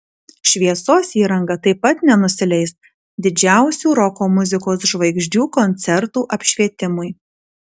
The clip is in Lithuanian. šviesos įranga taip pat nenusileis didžiausių roko muzikos žvaigždžių koncertų apšvietimui